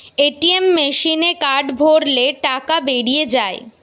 ATM মেসিনে card ভরলে টাকা বেরিয়ে যায়